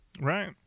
Right